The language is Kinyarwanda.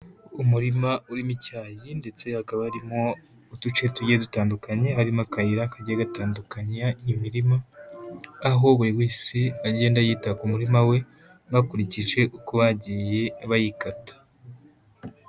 Umurima urimo icyayi ndetse hakaba harimo uduce tugiye dutandukanye, harimo akayira kagiye gatandukanya imirima, aho buri wese agenda yita ku murima we bakurikije uko bagiye bayikata.